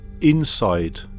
inside